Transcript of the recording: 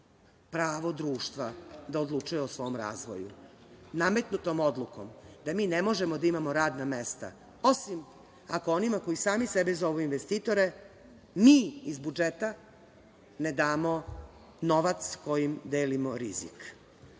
pravo društva da odlučuje o svom razvoju nametnutom odlukom da mi ne možemo da imamo radna mesta, osim ako, onima koji sami sebi zovu investitorima, mi iz budžeta ne damo novac kojim delimo rizik.